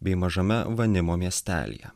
bei mažame vanimo miestelyje